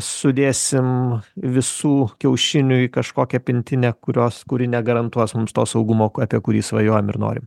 sudėsim visų kiaušinių į kažkokią pintinę kurios kuri negarantuos mums to saugumo apie kurį svajojam ir norim